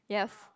yes